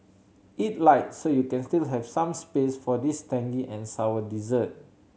eat light so you can still have some space for this tangy and sour dessert